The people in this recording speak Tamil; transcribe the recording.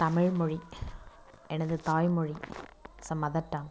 தமிழ்மொழி எனது தாய்மொழி இஸ் ஏ மதர் டங்